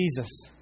Jesus